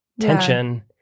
tension